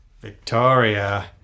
Victoria